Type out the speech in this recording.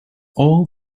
all